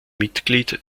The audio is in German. mitglied